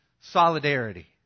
solidarity